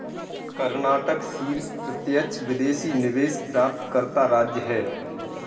कर्नाटक शीर्ष प्रत्यक्ष विदेशी निवेश प्राप्तकर्ता राज्य है